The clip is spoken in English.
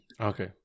Okay